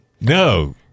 No